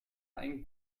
ein